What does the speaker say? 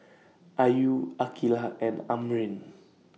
Ayu Aqilah and Amrin